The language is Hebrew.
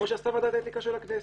כמו שעשתה ועדת האתיקה של הכנסת.